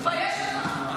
תתבייש לך.